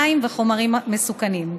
מים וחומרים מסוכנים.